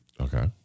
Okay